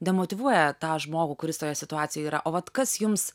demotyvuoja tą žmogų kuris toje situacijoje yra o vat kas jums